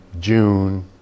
June